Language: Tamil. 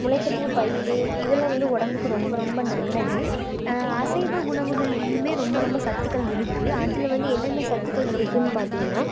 முளைக்கட்டிய பயிறு இதெல்லாம் வந்து உடம்புக்கு ரொம்ப ரொம்ப நல்லது அசைவ உணவுகள்லியும் ரொம்ப ரொம்ப சத்துக்கள் இருக்குது அதில் வந்து என்னென்ன சத்துக்கள் இருக்குதுன்னு பார்த்திங்கனா